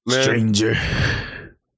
Stranger